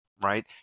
right